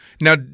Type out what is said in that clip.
now